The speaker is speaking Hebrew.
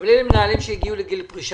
אבל אלה מנהלים שהגיעו לגיל פרישה,